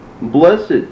Blessed